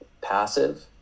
passive